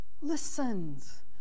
listens